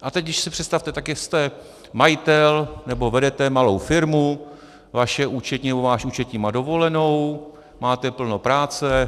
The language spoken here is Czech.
A teď si představte, jste majitel nebo vedete malou firmu, vaše účetní nebo váš účetní má dovolenou, máte plno práce.